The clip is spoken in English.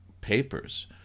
papers